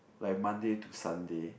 like Monday to Sunday